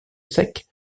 sec